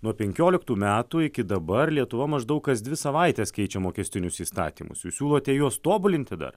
nuo penkioliktų metų iki dabar lietuva maždaug kas dvi savaites keičia mokestinius įstatymus jūs siūlote juos tobulinti dar